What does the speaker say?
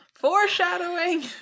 foreshadowing